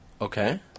Okay